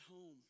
home